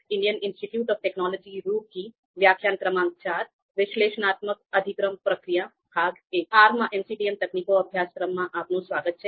R માં MCDM તકનીકો અભ્યાસક્રમમાં આપનું સ્વાગત છે